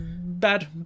Bad